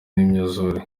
n’imyuzure